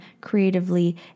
creatively